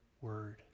word